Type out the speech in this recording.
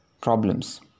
problems